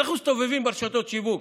אנחנו מסתובבים ברשתות שיווק,